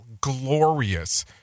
glorious